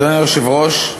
אדוני היושב-ראש,